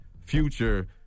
future